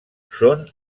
són